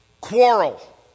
quarrel